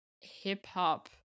hip-hop